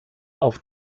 auf